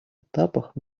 этапах